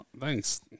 thanks